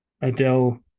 Adele